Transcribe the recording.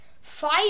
Five